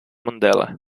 mandela